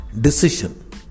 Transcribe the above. decision